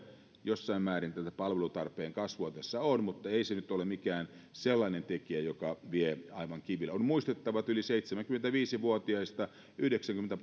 jossain määrin tätä palvelutarpeen kasvua tässä on mutta ei se nyt ole mikään sellainen tekijä joka vie aivan kiville on muistettava että yli seitsemänkymmentäviisi vuotiaista yhdeksänkymmentä